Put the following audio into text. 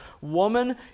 woman